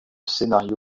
scénario